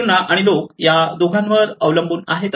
Kiruna आणि लोक या दोघांवर अवलंबून आहेत